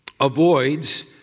avoids